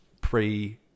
pre-